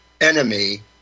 enemy